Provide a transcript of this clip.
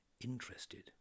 interested